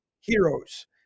heroes